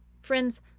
Friends